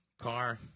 car